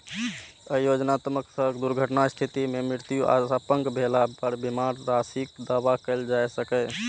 अय योजनाक तहत दुर्घटनाक स्थिति मे मृत्यु आ अपंग भेला पर बीमा राशिक दावा कैल जा सकैए